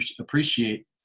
appreciate